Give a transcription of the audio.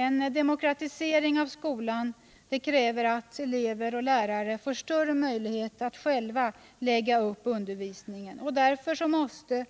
En demokratisering av skolan kräver att elever och lärare får större möjlighet att själva lägga upp undervisningen. Därför måste